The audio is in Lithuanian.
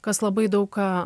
kas labai daug